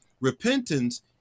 Repentance